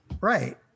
Right